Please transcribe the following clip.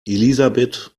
elisabeth